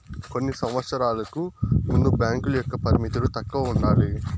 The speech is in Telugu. కొన్ని సంవచ్చరాలకు ముందు బ్యాంకుల యొక్క పరిమితులు తక్కువ ఉండాలి